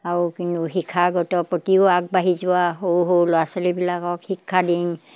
আৰু কিন্তু শিক্ষাগত প্ৰতিও আগবাঢ়ি যোৱা সৰু সৰু ল'ৰা ছোৱালীবিলাকক শিক্ষা দিওঁ